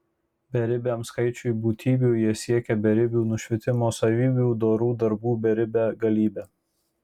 beribiam skaičiui būtybių jie siekia beribių nušvitimo savybių dorų darbų beribe galybe